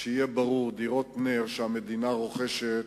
שיהיה ברור, דירות נ"ר שהמדינה רוכשת,